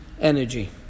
energy